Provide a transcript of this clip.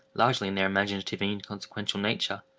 largely, in their imaginative and inconsequential nature,